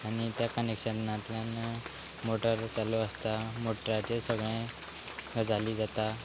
आनी त्या कनॅक्शनांतल्यान मोटर चालू आसता मोटराचेर सगळें गजाली जाता